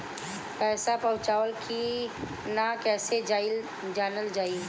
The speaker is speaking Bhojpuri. पैसा पहुचल की न कैसे जानल जाइ?